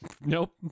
nope